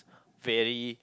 very